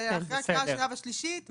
ונמשיך לדון בזה לקראת הקריאה השנייה והשלישית.